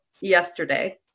yesterday